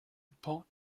bought